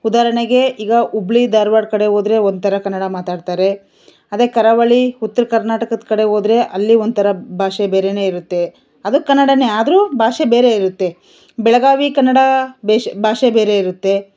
ಉದಾಹರ್ಣೆಗೆ ಈಗ ಹುಬ್ಳಿ ಧಾರವಾಡ ಕಡೆ ಹೋದ್ರೆ ಒಂಥರ ಕನ್ನಡ ಮಾತಾಡ್ತಾರೆ ಅದೇ ಕರಾವಳಿ ಉತ್ತರ ಕರ್ನಾಟಕದ ಕಡೆ ಹೋದ್ರೆ ಅಲ್ಲಿ ಒಂಥರ ಭಾಷೆ ಬೇರೆನೇ ಇರುತ್ತೆ ಅದು ಕನ್ನಡನೇ ಆದರೂ ಭಾಷೆ ಬೇರೆ ಇರುತ್ತೆ ಬೆಳಗಾವಿ ಕನ್ನಡ ಭಾಷೆ ಭಾಷೆ ಬೇರೆ ಇರುತ್ತೆ